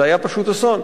זה היה פשוט אסון.